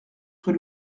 rue